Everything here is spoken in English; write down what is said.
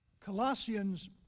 Colossians